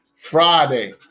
Friday